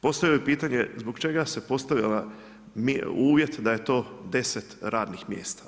Postavio bih pitanje zbog čega se postavio uvjet da je to 10 radnih mjesta.